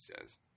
says